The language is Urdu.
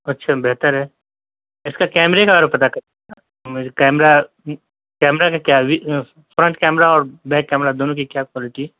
اچھا بہتر ہے اِس کا کیمرے کا اور پتا کرنا ہے مجھے کیمرہ کیمرہ کا کیا فرنٹ کیمرہ اور بیک کیمرہ دونوں کی کیا کوالیٹی